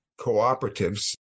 cooperatives